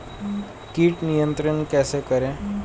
कीट नियंत्रण कैसे करें?